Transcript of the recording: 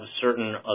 certain